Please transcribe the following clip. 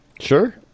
Sure